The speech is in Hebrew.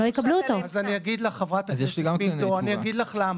אני אגיד לך למה.